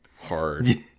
hard